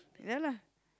ya lah